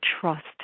trust